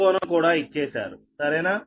ఈ కోణం కూడా ఇచ్చేశారు సరేనా